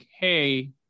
hey